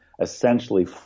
essentially